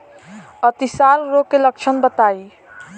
अतिसार रोग के लक्षण बताई?